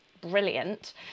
brilliant